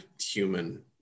human